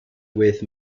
with